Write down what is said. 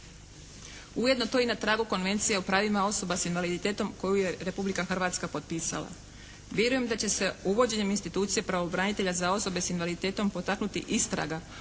Ujedno to je i na tragu Konvencije o pravima osoba s invaliditetom koju je Republika Hrvatska potpisala. Vjerujem da će se uvođenjem institucije pravobranitelja za osobe s invaliditetom potaknuti istraga